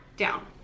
Down